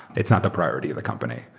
it's not the priority of the company.